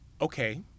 Okay